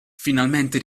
finalmente